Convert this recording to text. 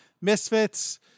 Misfits